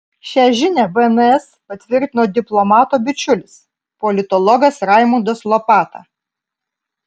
šią žinią bns patvirtino diplomato bičiulis politologas raimundas lopata